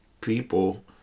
people